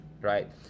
right